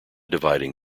dividing